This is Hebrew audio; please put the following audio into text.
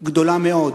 גדולה מאוד.